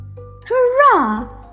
Hurrah